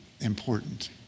important